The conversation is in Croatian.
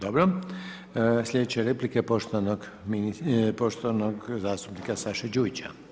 Dobro, slijedeće replike poštovanog zastupnika Saše Đujića.